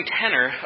tenor